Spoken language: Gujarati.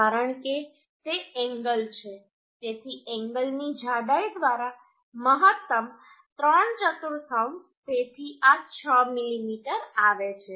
કારણ કે તે એન્ગલ છે તેથી એન્ગલની જાડાઈ દ્વારા મહત્તમ 34 તેથી આ 6 મીમી આવે છે